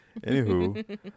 Anywho